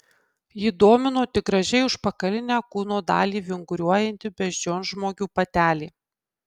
jį domino tik gražiai užpakalinę kūno dalį vinguriuojanti beždžionžmogių patelė